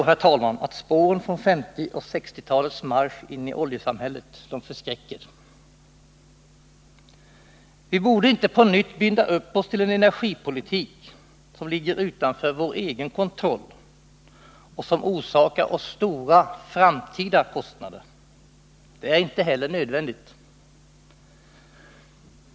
Spåren från 1950 och 1960-talens marsch in i oljesamhället förskräcker. Vi borde inte på nytt binda upp oss till en energipolitik som ligger utanför vår egen kontroll och som orsakar oss stora framtida kostnader. Det är inte heller nödvändigt.